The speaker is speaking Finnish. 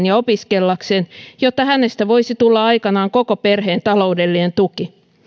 ja opiskellakseen jotta hänestä voisi tulla aikanaan koko perheen taloudellinen tuki